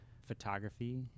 photography